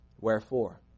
Wherefore